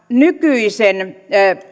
nykyisen